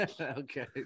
Okay